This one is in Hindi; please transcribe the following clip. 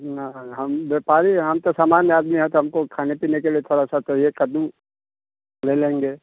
ना हाँ हम व्यापारी आदमी हैं तो हमको खाने पीने के लिए थोड़ा सा तो ये कद्दू ले लेंगे